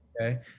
Okay